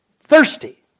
thirsty